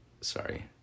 Sorry